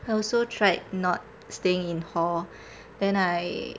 I also tried not staying in hall then I